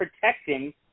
protecting